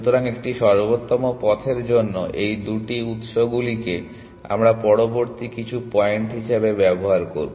সুতরাং একটি সর্বোত্তম পথের জন্য এই দুটি এই উত্সগুলিকে আমরা পরবর্তী কিছু পয়েন্ট হিসাবে ব্যবহার করব